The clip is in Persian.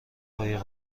باید